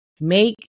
Make